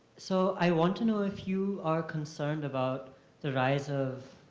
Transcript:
so i want to know if you are concerned about the rise of,